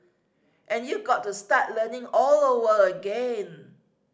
and you got to start learning all over again